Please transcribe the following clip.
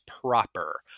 proper